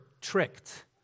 tricked